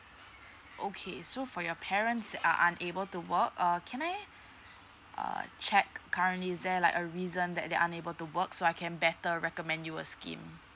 okay so for your parents are unable to work uh can I err check currently is there like a reason that they're unable to work so I can better recommend you a scheme